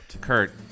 Kurt